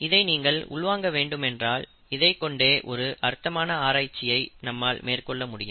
இதை நீங்கள் உள்வாங்க வேண்டும் ஏனென்றால் இதைக் கொண்டே ஒரு அர்த்தமான ஆராய்ச்சியை நம்மால் மேற்கொள்ளமுடியும்